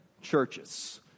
churches